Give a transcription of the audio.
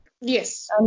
Yes